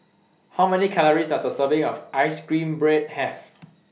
How Many Calories Does A Serving of Ice Cream Bread Have